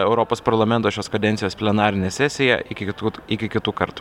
europos parlamento šios kadencijos plenarinė sesija iki kitų iki kitų kartų